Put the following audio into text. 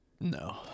No